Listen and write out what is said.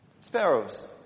Sparrows